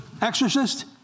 exorcist